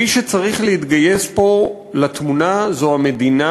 מי שצריכה להתגייס פה לתמונה זו המדינה,